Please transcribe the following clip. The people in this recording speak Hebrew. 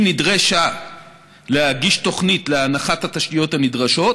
היא נדרשה להגיש תוכנית להנחת התשתיות הנדרשות